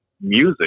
music